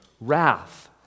wrath